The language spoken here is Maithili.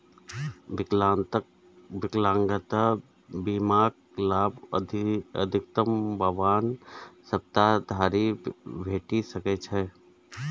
विकलांगता बीमाक लाभ अधिकतम बावन सप्ताह धरि भेटि सकै छै